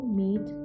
meet